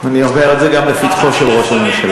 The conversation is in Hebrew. אני אומר את זה גם לפתחו של ראש הממשלה.